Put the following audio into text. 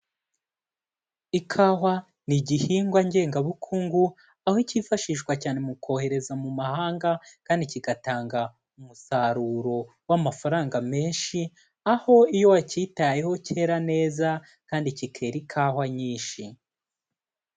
Ikawa ni igihingwa ngengabukungu, aho cyifashishwa cyane mu kohereza mu mahanga kandi kigatanga umusaruro w'amafaranga menshi, aho iyo wacyitayeho cyera neza kandi kikera ikawa nyinshi.